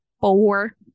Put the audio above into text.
four